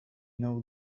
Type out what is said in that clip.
know